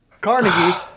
Carnegie